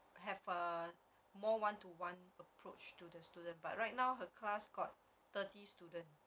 have a more one to one approach to the student but right now her class got thirty student